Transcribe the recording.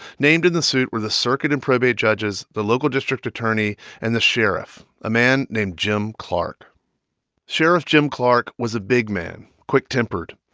named in the suit were the circuit and probate judges, the local district attorney and the sheriff, a man named jim clark sheriff jim clark was a big man, quick-tempered,